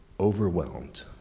Overwhelmed